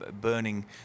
burning